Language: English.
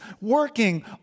working